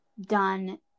done